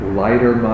lighter